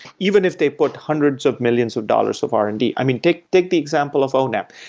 even if they put hundreds of millions of dollars of r and d. i mean, take take the example of onap.